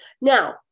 now